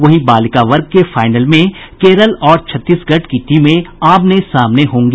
वहीं बालिका वर्ग के फाइनल में केरल और छत्तीसगढ़ की टीमें आमने सामने होंगी